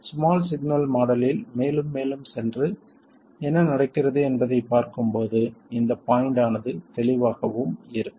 small signal மாடலில் மேலும் மேலும் சென்று என்ன நடக்கிறது என்பதைப் பார்க்கும்போது இந்த பாய்ண்ட் ஆனது தெளிவாகவும் இருக்கும்